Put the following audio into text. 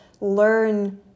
learn